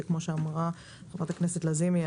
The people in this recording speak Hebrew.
שכפי שאמרה חברת הכנסת לזימי,